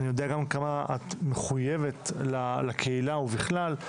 אני יודע גם כמה את מחויבת לקהילה ובכלל,